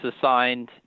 assigned